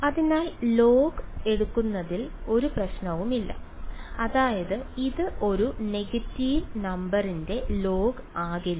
അതിനാൽ log എടുക്കുന്നതിൽ ഒരു പ്രശ്നവുമില്ല അതായത് ഇത് ഒരു നെഗറ്റീവ് നമ്പറിന്റെ log ആകില്ല